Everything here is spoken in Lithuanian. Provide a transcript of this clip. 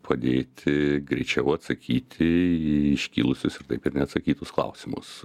padėti greičiau atsakyti į iškilusius ir taip ir neatsakytus klausimus